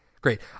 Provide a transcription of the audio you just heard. Great